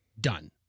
done